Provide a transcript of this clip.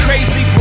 Crazy